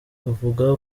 avuga